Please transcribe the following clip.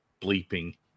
bleeping